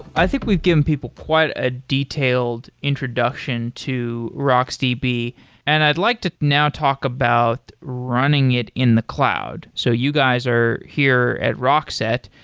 i think we've given people quite a detailed introduction to rocksdb, and i'd like to now talk about running it in the cloud. so you guys are here at rockset,